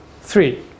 three